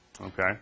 Okay